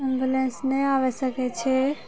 ambulance नहि आबै सकै छै